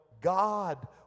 God